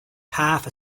half